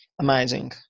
amazing